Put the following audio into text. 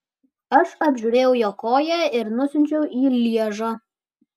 aš apžiūrėjau jo koją ir nusiunčiau į lježą